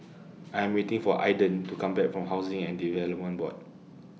I Am waiting For Aiden to Come Back from Housing and Development Board